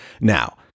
Now